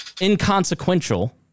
inconsequential